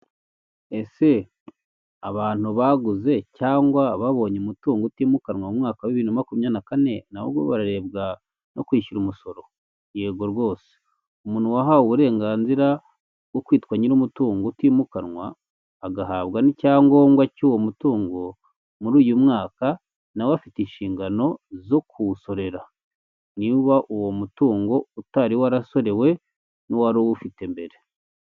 Aya ni ameza ari mu nzu, bigaragara ko aya meza ari ayokuriho arimo n'intebe nazo zibaje mu biti ariko aho bicarira hariho imisego.